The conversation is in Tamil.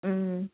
ம்